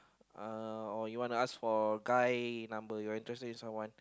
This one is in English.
uh or you wana ask for a guy number you're interested in someone